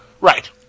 right